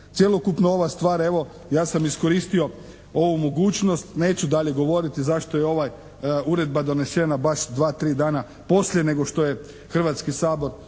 Cjelokupno ova stvar, evo ja sam iskoristio ovu mogućnost, neću dalje govoriti zašto je ovaj uredba donesena baš 2, 3 dana poslije nego što je Hrvatski sabor završio